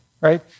right